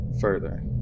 further